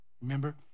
remember